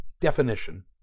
Definition